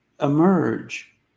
emerge